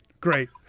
great